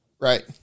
Right